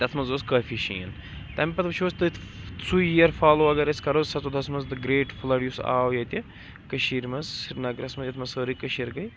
تَتھ منٛز اوس کٲفی شیٖن تَمہِ پَتہٕ وٕچھو أسۍ تٔتھۍ سُے یِیر فالو اگر أسۍ کَرو زٕ ساس ژۄدہَس منٛز دَ گرٛیٹ فٕلَڈ یُس آو ییٚتہِ کٔشیٖر منٛز سرینگرَس منٛز یَتھ منٛز سٲرٕے کٔشیٖر گٔے